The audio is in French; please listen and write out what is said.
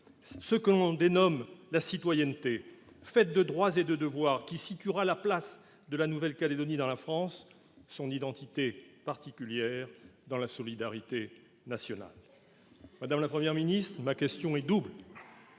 ce que l'on dénomme la citoyenneté, faite de droits et de devoirs, qui situera la place propre de la Nouvelle-Calédonie dans la France, son identité particulière dans la solidarité nationale. Ma question est double.